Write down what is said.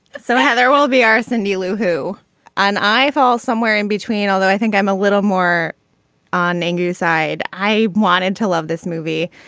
so yeah there will be arson dealer who and i fall somewhere in between although i think i'm a little more on angry side i wanted to love this movie.